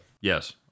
Yes